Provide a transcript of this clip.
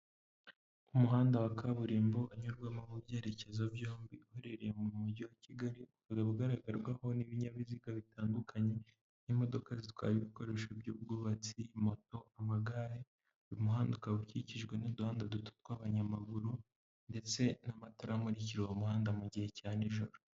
Umuhanda wa kaburimbo unyurwamo mu byerekezo byombi uherereye mu mujyi wa Kigali ugaragarwaho n'ibinyabiziga bitandukanye ni imodoka zitwara ibikoresho by'ubwubatsi moto, amagare uyu muhanda ukaba ukikijwe n'uduhanda duto tw'abanyamaguru ndetse n'amatara amurikira uwo muhanda mu gihe cya nijoro.